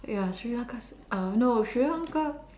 ya Sri-Lanka uh no Sri-Lanka